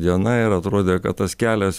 diena ir atrodė kad tas kelias